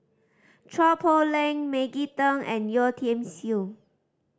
Chua Poh Leng Maggie Teng and Yeo Tiam Siew